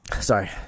Sorry